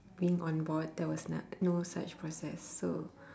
being on board there was not no such process so